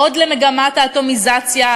עוד למגמת האטומיזציה,